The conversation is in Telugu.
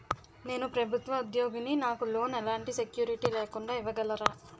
నేను ప్రభుత్వ ఉద్యోగిని, నాకు లోన్ ఎలాంటి సెక్యూరిటీ లేకుండా ఇవ్వగలరా?